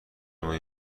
مویی